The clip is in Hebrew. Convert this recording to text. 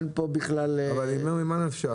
אבל ממה נפשך,